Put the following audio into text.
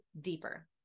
deeper